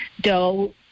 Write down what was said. dough